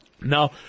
Now